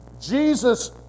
Jesus